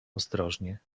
ostrożnie